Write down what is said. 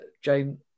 Jane